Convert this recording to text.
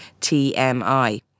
TMI